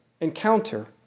encounter